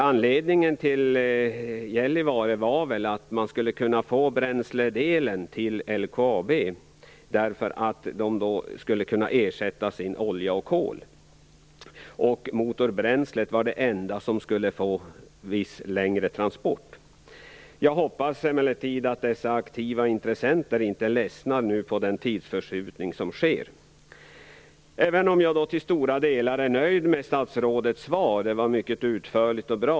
Anledningen till att Gällivare kom upp var att man där skulle kunna få bränsledelen till LKAB, som då skulle kunna ersätta sin olja och kol. Motorbränslet var det enda som i viss utsträckning skulle få längre transport. Jag hoppas emellertid att dessa aktiva intressenter inte ledsnar nu med tanke på den tidsförskjutning som sker. Jag är till stora delar nöjd med statsrådets svar. Det var mycket utförligt och bra.